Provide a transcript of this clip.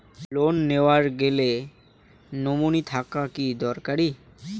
Loan নেওয়ার গেলে nominee থাকা কি দরকারী?